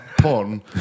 porn